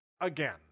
again